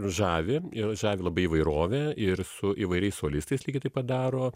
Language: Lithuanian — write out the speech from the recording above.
žavi ir žavi labai įvairovė ir su įvairiais solistais lygiai taip padaro